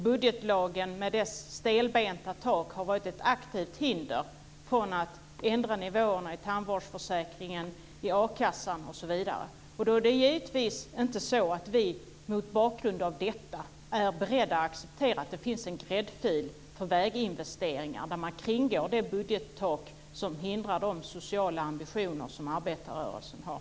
Budgetlagen med dess stela tak har varit ett aktivt hinder för att ändra nivåerna i tandvårdsförsäkringen, i a-kassan osv. Vi är mot bakgrund av detta inte beredda att acceptera en gräddfil för väginvesteringar där man kringgår det budgettak som hindrar de sociala ambitioner som arbetarrörelsen har.